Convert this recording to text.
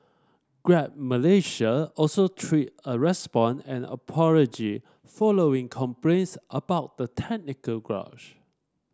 Grab Malaysia also tweeted a response and apology following complaints about the technical